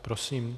Prosím.